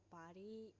body